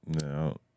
No